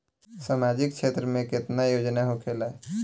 सामाजिक क्षेत्र में केतना योजना होखेला?